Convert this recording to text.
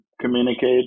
communicate